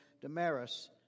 Damaris